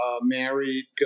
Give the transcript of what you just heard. married